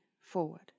forward